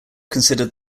considered